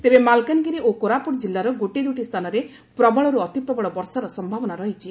ତେବେ ମାଲକାନଗିରି ଓ କୋରାପୁଟ ଜିଲ୍ଲାର ଗୋଟିଏ ଦୁଇଟି ସ୍ଚାନରେ ପ୍ରବଳରୁ ଅତି ପ୍ରବଳ ବର୍ଷାର ସ୍ୟାବନା ରହିଛି